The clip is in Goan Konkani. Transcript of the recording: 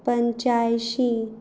पंच्यांयशीं